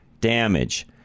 damage